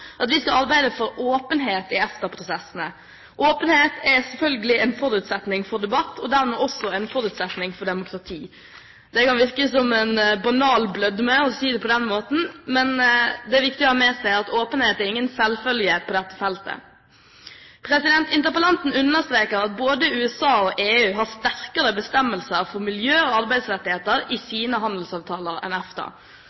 at vi skal arbeide for åpenhet i EFTA-prosessene. Åpenhet er selvfølgelig en forutsetning for debatt og dermed også en forutsetning for demokrati. Det kan virke som en banal blødme å si det på den måten, men det er viktig å ha med seg at åpenhet er ingen selvfølge på dette feltet. Interpellanten understreker at både USA og EU har sterkere bestemmelser for miljø- og arbeidsrettigheter i